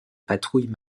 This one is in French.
patrouille